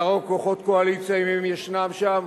להרוג כוחות קואליציה, אם הם ישנם שם,